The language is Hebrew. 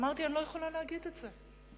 אמרתי: אני לא יכולה להגיד את זה.